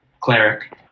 cleric